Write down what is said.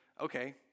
okay